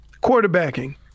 Quarterbacking